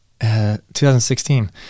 2016